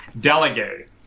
delegate